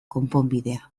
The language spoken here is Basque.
konponbidea